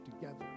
together